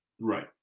Right